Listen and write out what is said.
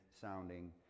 sounding